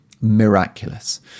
Miraculous